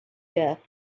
death